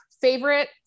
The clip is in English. favorite